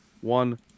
One